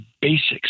basics